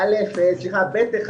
סעיף 36(ב1)